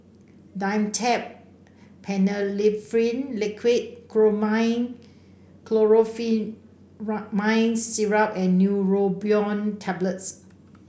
Dimetapp Phenylephrine Liquid Chlormine Chlorpheniramine Syrup and Neurobion Tablets